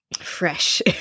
fresh